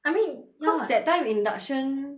I mean ya [what] cause that time induction